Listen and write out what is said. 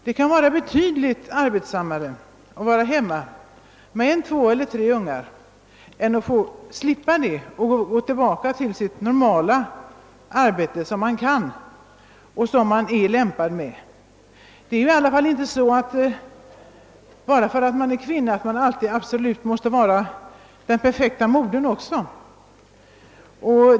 Det kan vara betydligt arbetsammare att vara hemma med två eller tre barn än att få gå tillbaka till sitt normala arbete, som man kan och som man är lämpad för. Bara därför att man är kvinna måste man ju inte vara den perfekta modern.